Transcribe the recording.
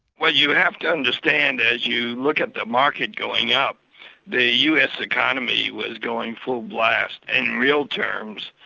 well you have to understand as you look at the market going up the us economy was going full blast in real terms.